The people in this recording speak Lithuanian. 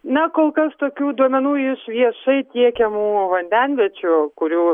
na kol kas tokių duomenų iš viešai tiekiamo vandenviečių kurių